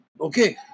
Okay